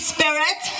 Spirit